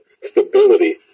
stability